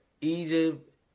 Egypt